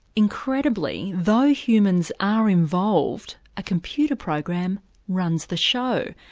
incredibly, though humans are involved, a computer program runs the show.